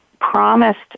promised